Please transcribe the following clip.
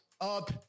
up